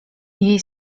jej